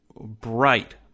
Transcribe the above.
bright